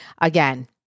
again